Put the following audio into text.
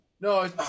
No